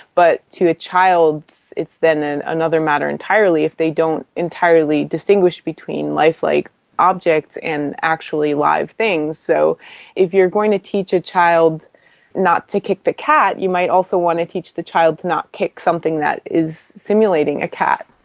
but to a child it's then and another matter entirely if they don't entirely distinguish between lifelike objects and actually live things. so if you're going to teach a child not to kick the cat, you might also want to teach the child to not kick something that is simulating a cat.